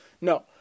no